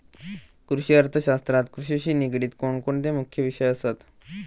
कृषि अर्थशास्त्रात कृषिशी निगडीत कोणकोणते मुख्य विषय असत?